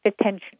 attention